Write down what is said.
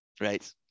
Right